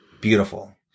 beautiful